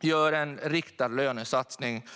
göra en riktad lönesatsning.